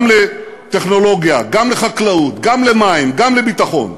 גם לטכנולוגיה, גם לחקלאות, גם למים, גם לביטחון.